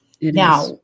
Now